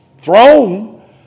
throne